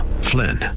Flynn